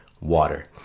water